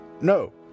no